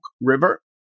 River